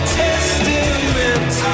testament